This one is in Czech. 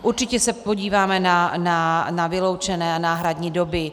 Určitě se podíváme na vyloučené a náhradní doby.